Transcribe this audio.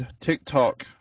TikTok